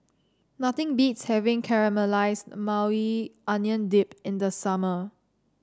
nothing beats having Caramelized Maui Onion Dip in the summer